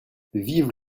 vive